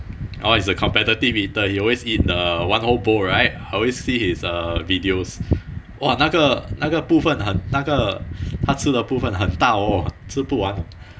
orh he's a competitive eater he always eat the one whole bowl right I always see his uh videos !wah! 那个那个部分那个他吃的部分很大 orh 吃不完 orh